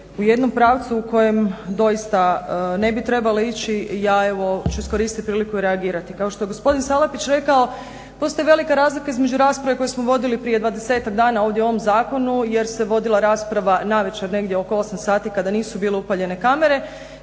u jednom pravcu u kojem doista ne bi trebale ići. Ja evo ću iskoristi priliku i reagirati. Kao što je gospodin Salapić rekao postoji velika razlika između rasprave koju smo vodili prije dvadesetak dana ovdje o ovom zakonu jer se vodila rasprava navečer negdje oko 8 sati kada nisu bile upaljene kamere